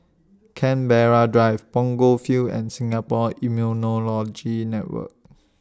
Canberra Drive Punggol Field and Singapore Immunology Network